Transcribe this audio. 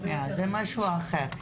הרבה יותר --- זה משהו אחר.